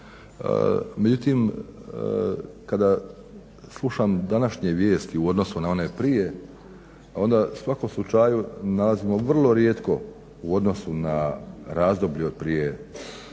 Međutim, kada slušam današnje vijesti u odnosu na one prije onda u svakom slučaju nalazimo vrlo rijetko u odnosu na razdoblje od prije